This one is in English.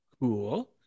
Cool